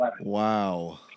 Wow